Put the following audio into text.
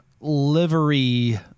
livery